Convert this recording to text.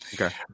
okay